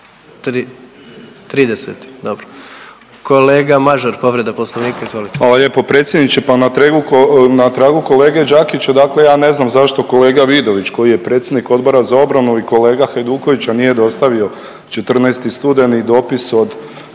(HDZ)** Hvala lijepo predsjedniče. Pa na tragu kolege Đakića dakle ja ne znam zašto kolega Vidović koji je predsjednik Odbora za obranu i kolega Hajdukovića nije dostavio 14. studeni dopis od